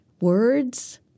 words